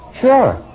Sure